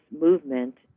movement